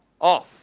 off